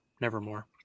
nevermore